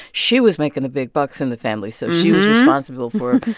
she was making the big bucks in the family. so she was responsible for,